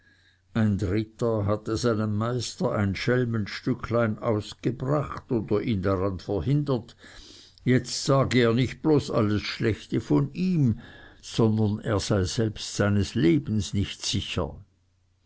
ein dritter hatte seinem meister ein schelmenstücklein ausgebracht oder ihn daran verhindert jetzt sage er nicht bloß alles schlechte von ihm sondern er sei selbst seines lebens nicht sicher